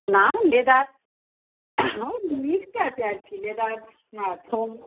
না লেদার ও মিক্সডে আছে আর কি লেদার আর ফোম